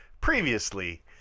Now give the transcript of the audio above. previously